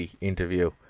interview